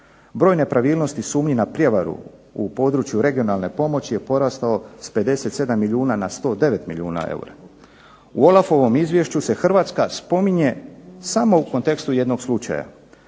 Broj nepravilnosti na sumnju prijevare u području regionalne pomoći je porastao s 57 milijuna na 109 milijuna eura. U Olafovom izvješću se Hrvatska se spominje samo u kontekstu jednog slučaja,